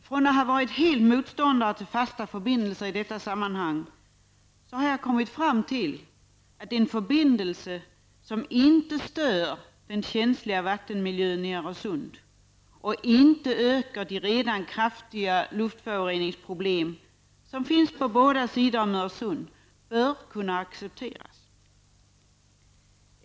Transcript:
Från att ha varit total motståndare till fast förbindelse i detta sammanhang har jag kommit fram till att en förbindelse som inte stör den känsliga vattenmiljön i Öresund och som inte ökar det redan kraftiga luftföroreningsproblem som finns på båda sidor om Öresund bör kunna accepteras.